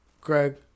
Greg